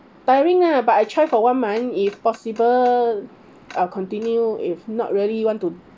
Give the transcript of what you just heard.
tiring ah but I try for one month if possible I'll continue if not really want to